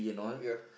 yeah